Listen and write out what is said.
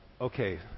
Okay